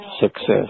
success